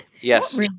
Yes